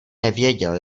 nevěděl